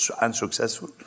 unsuccessful